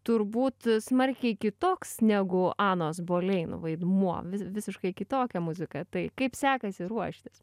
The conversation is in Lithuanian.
turbūt smarkiai kitoks negu anos bolein vaidmuo vi visiškai kitokia muzika tai kaip sekasi ruoštis